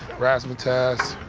razzmatazz,